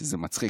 זה מצחיק.